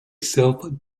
self